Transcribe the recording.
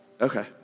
Okay